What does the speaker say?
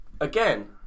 again